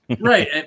Right